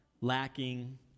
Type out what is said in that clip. lacking